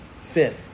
sin